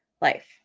life